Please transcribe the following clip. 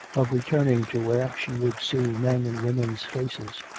of returning to where she would see men and women's faces.